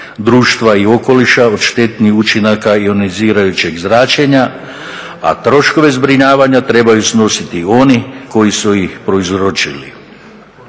društva i okoliša od štetnih učinaka ionizirajućeg zračenja, a troškove zbrinjavanja trebaju snositi oni koji su ih prouzročili.